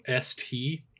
st